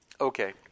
Okay